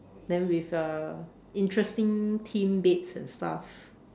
then with uh interesting theme beds and stuff